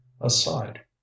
aside